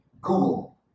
Google